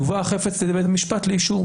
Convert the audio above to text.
יובא החפץ לבית המשפט לאישור.